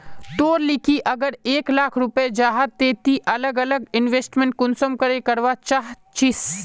तोर लिकी अगर एक लाख रुपया जाहा ते ती अलग अलग इन्वेस्टमेंट कुंसम करे करवा चाहचिस?